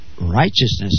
righteousness